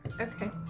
Okay